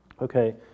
Okay